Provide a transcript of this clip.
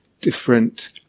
different